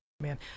man